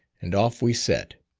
and off we set.